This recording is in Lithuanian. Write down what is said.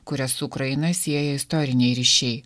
kurias su ukraina sieja istoriniai ryšiai